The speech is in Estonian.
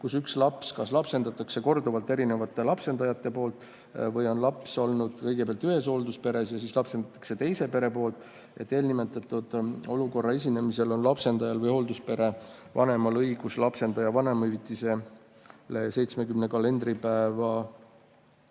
kus üks laps kas lapsendatakse korduvalt eri lapsendajate poolt või on laps olnud kõigepealt ühes hooldusperes ja siis lapsendatakse teise pere poolt. Eelnimetatud olukorra esinemisel on lapsendajal või hoolduspere vanemal õigus lapsendaja vanemahüvitisele 70 kalendripäeva